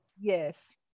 yes